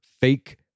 fake